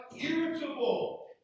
irritable